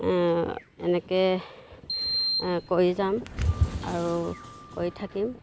এনেকৈ কৰি যাম আৰু কৰি থাকিম